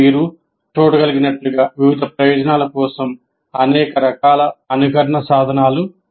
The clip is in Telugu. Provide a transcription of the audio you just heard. మీరు చూడగలిగినట్లుగా వివిధ ప్రయోజనాల కోసం అనేక రకాల అనుకరణ సాధనాలు ఉన్నాయి